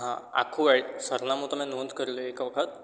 હા આખું સરનામું તમે નોંધ કરી લો એક વખત